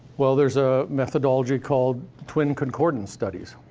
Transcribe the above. well, there's a methodology called twin concordant studies.